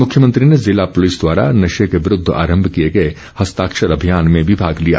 मुख्यमंत्री ने जिला पुलिस द्वारा नशे के विरूद्व आरम्म किए गए हस्ताक्षर अभियान में भी भाग लिया